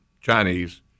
Chinese